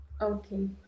Okay